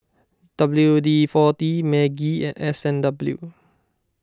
W D forty Maggi and S and W